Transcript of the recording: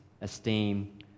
esteem